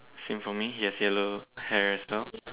same for me yes yellow hairstyle